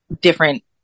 different